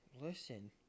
Listen